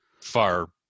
far